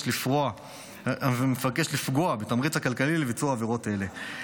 לפגוע בתמריץ הכלכלי לביצוע עבירות אלה.